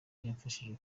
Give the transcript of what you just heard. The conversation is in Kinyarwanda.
yamfashije